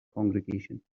congregation